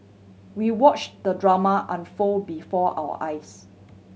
we watch the drama unfold before our eyes